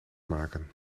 maken